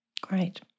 Great